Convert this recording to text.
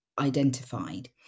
identified